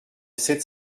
sept